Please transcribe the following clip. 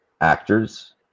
actors